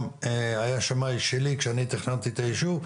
וגם היה שמאי שלי כאשר אני תכננתי את הישוב,